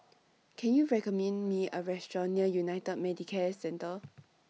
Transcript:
Can YOU recommend Me A Restaurant near United Medicare Centre